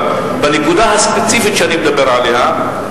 אבל בנקודה הספציפית שאני מדבר עליה,